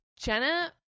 Jenna